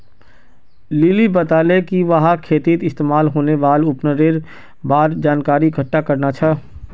lily बताले कि वहाक खेतीत इस्तमाल होने वाल उपकरनेर बार जानकारी इकट्ठा करना छ